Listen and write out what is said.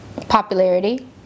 Popularity